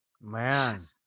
man